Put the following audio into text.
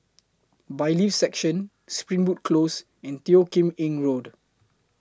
Bailiffs' Section Springwood Close and Teo Kim Eng Road